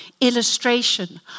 illustration